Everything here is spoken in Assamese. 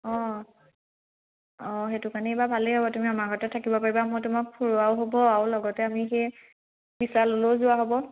অঁ অঁ সেইটো কাৰণে এইবাৰ ভালেই হ'ব তুমি আমাৰ ঘৰতে থাকিব পাৰিবা মই তোমাক ফুৰুৱাও হ'ব আৰু লগতে আমি সেই বিশাললৈও যোৱা হ'ব